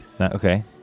Okay